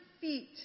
feet